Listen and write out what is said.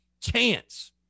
chance